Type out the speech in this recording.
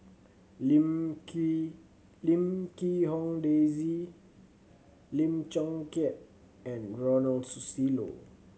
Lim Quee Lim Quee Hong Daisy Lim Chong Keat and Ronald Susilo